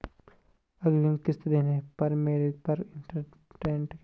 अग्रिम किश्त देने पर मेरे पर इंट्रेस्ट कितना लगेगा?